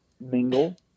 mingle